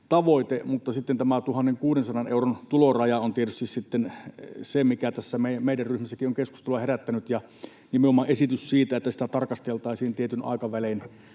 tavoite, mutta tämä 1 600 euron tuloraja on tietysti se, mikä tässä meidän ryhmässäkin on keskustelua herättänyt. Ja nimenomaan esitys siitä, että sitä tarkasteltaisiin tietyin aikavälein